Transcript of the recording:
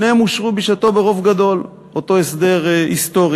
שניהם אישרו בשעתו ברוב גדול את אותו הסדר היסטורי.